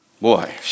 Boy